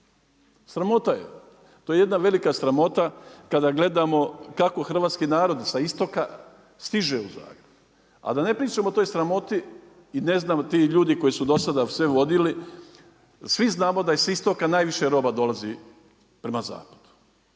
Sramota je, to je jedna velika sramota kada gledamo kako hrvatski narod sa istoka stiže u Zagreb. A da ne pričamo o toj sramoti i ne znam ti ljudi koji su do sada sve vodili, svi znamo da s istoka najviše roba dolazi prema zapadu.